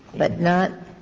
but not